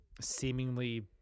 seemingly